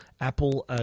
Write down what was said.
Apple